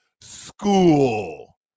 School